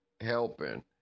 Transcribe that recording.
helping